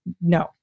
No